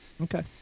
Okay